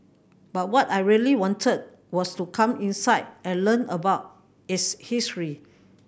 but what I really wanted was to come inside and learn about its history